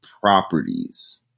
properties